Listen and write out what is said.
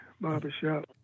barbershop